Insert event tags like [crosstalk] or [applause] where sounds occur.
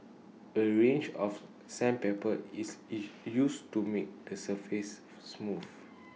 A range of sandpaper is [noise] used to make the surface smooth